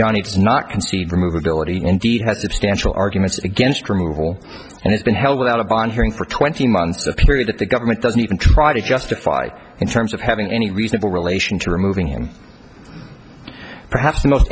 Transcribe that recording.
it's not concede remove ability indeed has substantial arguments against removal and it's been held without a bond hearing for twenty months the period that the government doesn't even try to justify in terms of having any reasonable relation to removing him perhaps the most